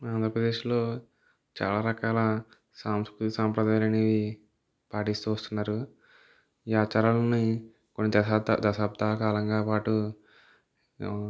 ఆంధ్రప్రదేశ్లో చాలా రకాల సాంస్కృతి సాంప్రదాయాలు అనేవి పాటిస్తు వస్తున్నారు ఈ ఆచారాలు అనేవి కొన్ని దశా దశాబ్దాల కాలంగా పాటు